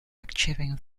achieving